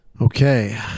okay